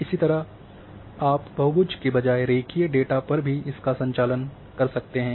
इसी तरह आप बहुभुज के बजाय रेखीय डेटा पर भी इसका संचालन कर सकते हैं